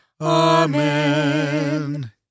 Amen